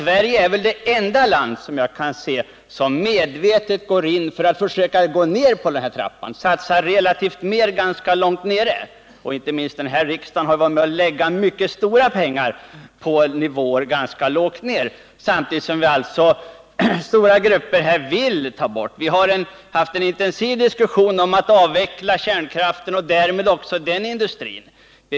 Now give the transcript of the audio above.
Sverige är, som jag kan se det, det enda land som nu medvetet går in för att försöka gå nedför den här trappan, som satsar relativt sett mer ganska långt nere. Inte minst detta riksmöte har varit med om att placera mycket stora pengar på nivåer ganska långt ner. Stora grupper har t.o.m. satsat på en avveckling på de mest avancerade områdena. Vi har haft en intensiv diskussion kring en avveckling av kärnkraften och därmed också av den industri som sammanhänger med denna.